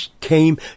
came